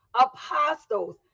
apostles